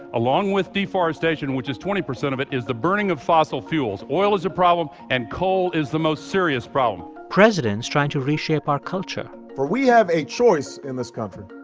along with deforestation, which is twenty percent of it, is the burning of fossil fuels. oil is a problem, and coal is the most serious problem presidents trying to reshape our culture for we have a choice in this country.